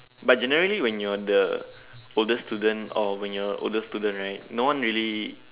but generally when you're the older student or when you're older student right no one really